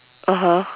(uh huh)